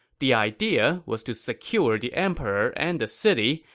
the idea was to secure the emperor and the city,